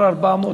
המספר 400,